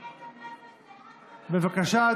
בבקשה,